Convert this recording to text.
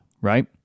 right